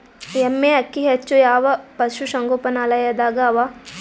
ಎಮ್ಮೆ ಅಕ್ಕಿ ಹೆಚ್ಚು ಯಾವ ಪಶುಸಂಗೋಪನಾಲಯದಾಗ ಅವಾ?